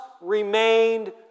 remained